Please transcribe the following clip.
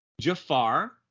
Jafar